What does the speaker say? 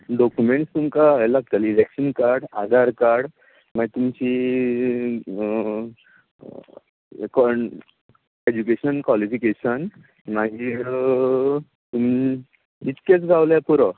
documents तुमका हे लागतले इलॅकशन काड आधार काड मागीर तुमची कोण एज्युकेशन कॉलिफिकेशन मागीर इतकेत गावल्यार पुरो